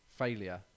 failure